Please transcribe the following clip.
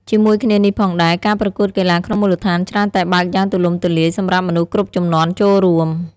ជាមួយគ្នានេះផងដែរ ការប្រកួតកីឡាក្នុងមូលដ្ឋានច្រើនតែបើកយ៉ាងទូលំទូលាយសម្រាប់មនុស្សគ្រប់ជំនាន់ចូលរួម។